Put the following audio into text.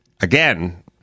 again